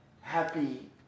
happy